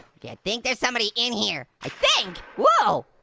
yeah i think there's somebody in here, i think. whoa!